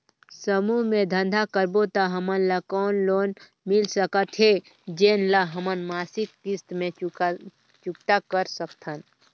समूह मे धंधा करबो त हमन ल कौन लोन मिल सकत हे, जेन ल हमन मासिक किस्त मे चुकता कर सकथन?